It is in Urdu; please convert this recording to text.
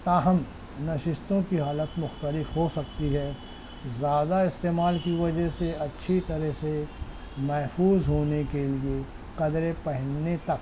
تاہم نششتوں کی حالت مختلف ہو سکتی ہے زیادہ استعمال کی وجہ سے اچھی طرح سے محفوظ ہونے کے لیے قدرے پہننے تک